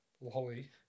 Lolly